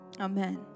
Amen